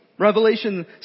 Revelation